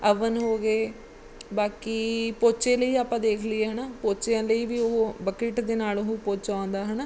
oven ਹੋ ਗਏ ਬਾਕੀ ਪੋਚੇ ਲਈ ਆਪਾਂ ਦੇਖ ਲਈਏ ਹੈ ਨਾ ਪੋਚਿਆਂ ਲਈ ਵੀ ਉਹ ਬੱਕਟ ਦੇ ਨਾਲ ਉਹ ਪੋਚਾ ਆਉਂਦਾ ਹੈ ਨਾ